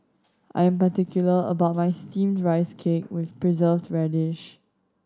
I'm particular about my Steamed Rice Cake with Preserved Radish